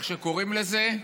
איך שקוראים לזה.